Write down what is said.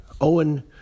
Owen